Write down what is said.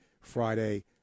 Friday